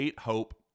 Hope